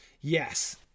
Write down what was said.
Yes